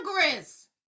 Congress